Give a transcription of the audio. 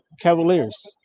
Cavaliers